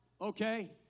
Okay